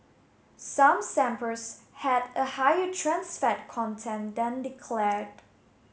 some samples had a higher trans fat content than declared